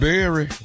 Berry